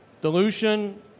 dilution